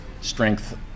strength